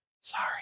Sorry